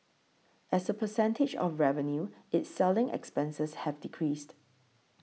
as a percentage of revenue its selling expenses have decreased